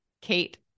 Kate